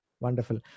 Wonderful